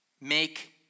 make